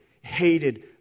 hated